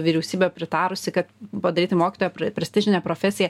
vyriausybė pritarusi kad padaryti mokytojo prestižine profesija